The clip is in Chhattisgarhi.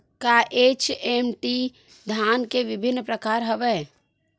का एच.एम.टी धान के विभिन्र प्रकार हवय?